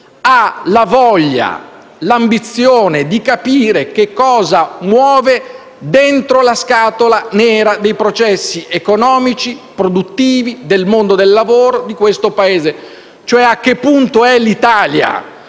la voglia e l'ambizione di capire cosa si muove dentro la scatola nera dei processi economici e produttivi del mondo del lavoro di questo Paese, cioè a che punto è l'Italia